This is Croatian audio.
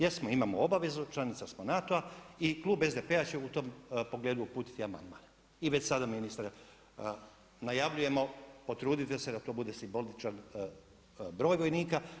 Jesmo, imamo obavezu, članica smo NATO-a i klub SDP-a će u tom pogledu uputiti amandman i već sada ministre najavljujemo potrudite se da to bude simboličan broj vojnika.